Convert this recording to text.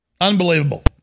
Unbelievable